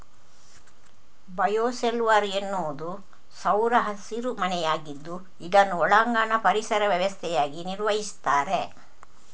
bio shelter ಎನ್ನುವುದು ಸೌರ ಹಸಿರು ಮನೆಯಾಗಿದ್ದು ಇದನ್ನು ಒಳಾಂಗಣ ಪರಿಸರ ವ್ಯವಸ್ಥೆಯಾಗಿ ನಿರ್ವಹಿಸ್ತಾರೆ